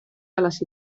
alas